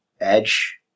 Edge